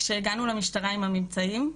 כשהגענו למשטרה עם הממצאים,